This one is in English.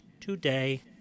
today